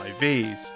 IVs